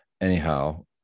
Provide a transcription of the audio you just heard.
anyhow